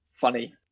Funny